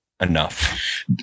enough